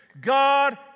God